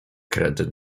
kretyn